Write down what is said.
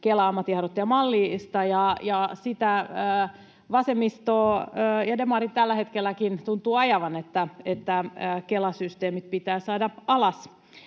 Kelan ammatinharjoittajamallista, ja sitä vasemmisto ja demarit tällä hetkelläkin tuntuvat ajavan, että Kela-systeemit pitää saada alas.